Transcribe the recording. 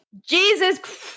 Jesus